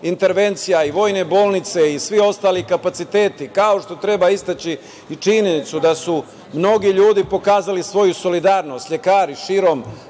intervencija i vojne bolnice i svi ostali kapaciteti. Isto tako, treba istaći i činjenicu da su mnogi ljudi pokazali svoju solidarnost, lekari širom